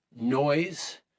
noise